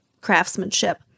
craftsmanship